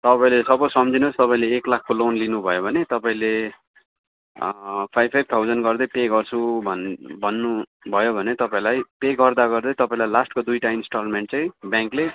तपाईँले सपोज सम्झिनु होस् तपाईँले एक लाखको लोन लिनुभयो भने तपाईँले फाइभ फाइभ थाउजन्ड गर्दै पे गर्छु भन भन्नुभयो भने तपाईँलाई पे गर्दागर्दै तपाईँलाई लास्टको दुईवटा इन्सटलमेन्ट चाहिँ ब्याङ्कले